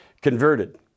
converted